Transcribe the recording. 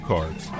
Cards